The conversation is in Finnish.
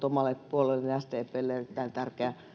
omalle puolueelleni sdplle erittäin tärkeä